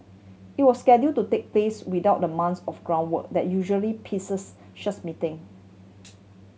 it was schedule to take place without the months of groundwork that usually precedes such meeting